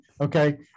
okay